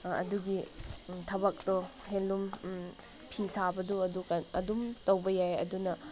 ꯑꯗꯨꯒꯤ ꯊꯕꯛꯇꯣ ꯍꯦꯟꯂꯨꯝ ꯐꯤꯁꯥꯕꯗꯣ ꯑꯗꯨ ꯑꯗꯨꯝ ꯇꯧꯕ ꯌꯥꯏ ꯑꯗꯨꯅ